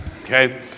Okay